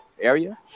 area